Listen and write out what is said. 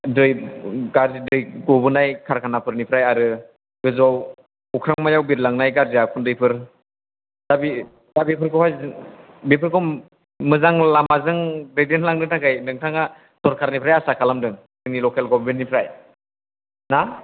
दै गबोनाय कारखानाफोरनिफ्राय आरो गोजौआव अख्रांमायाव बिरलांनाय गाज्रि उखुन्दैफोर दा बेफोरखौहाय जों बेफोरखौ मोजां लामाजों दैदेनलांनो थाखाय नोंथाङा सोरखारनिफ्राय आसा खालामदों जोंनि लकेल गभमेन्टनिफ्राय ना